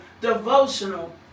devotional